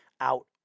out